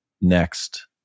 next